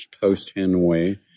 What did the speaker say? post-Hanoi